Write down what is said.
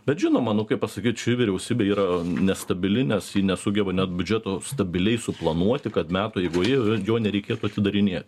bet žinoma nu kaip pasakyt ši vyriausybė yra nestabili nes ji nesugeba net biudžeto stabiliai suplanuoti kad metų eigoje jo nereikėtų atidarinėt